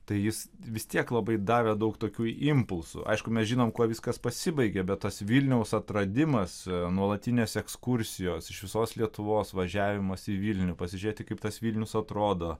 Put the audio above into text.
tai jis vis tiek labai davė daug tokių impulsų aišku mes žinom kuo viskas pasibaigė bet tas vilniaus atradimas nuolatinės ekskursijos iš visos lietuvos važiavimas į vilnių pasižiūrėti kaip tas vilnius atrodo